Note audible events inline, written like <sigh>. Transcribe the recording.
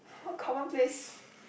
<noise> common place